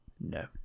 No